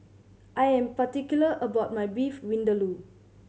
I am particular about my Beef Vindaloo